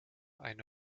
eine